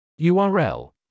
URL